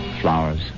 flowers